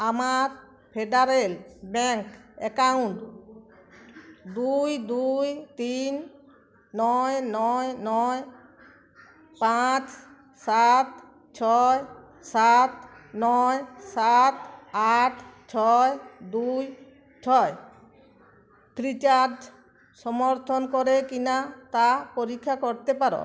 আমার Federal Bank account দুই দুই তিন নয় নয় নয় পাঁচ সাত ছয় সাত নয় সাত আট ছয় দুই ছয় ফ্রিচার্জ সমর্থন করে কিনা তা পরীক্ষা করতে পারো